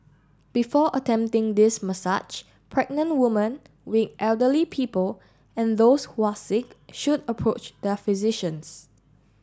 before attempting this massage pregnant woman weak elderly people and those who are sick should approach their physicians